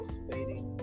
stating